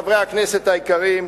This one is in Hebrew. חברי הכנסת היקרים,